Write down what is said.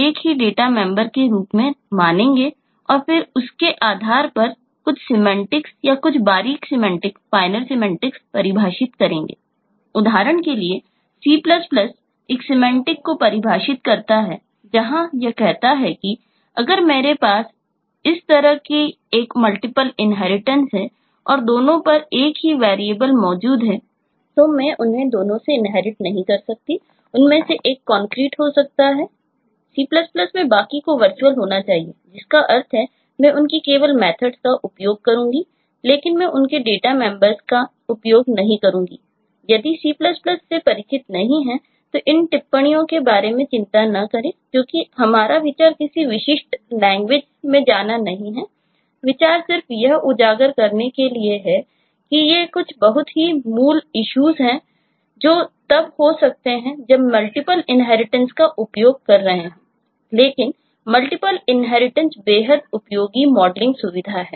C में बाकी को वर्चुअल बेहद उपयोगी मॉडलिंग सुविधा है